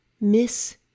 miss